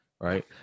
Right